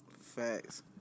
Facts